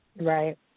right